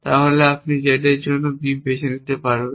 তাহলে আপনি Z এর জন্য B বেছে নিতে পারেন